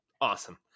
Awesome